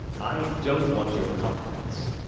i don't want your compliments.